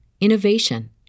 innovation